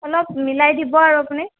অলপ মিলাই দিব আৰু আপুনি